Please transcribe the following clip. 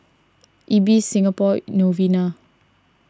Ibis Singapore Novena